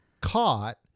caught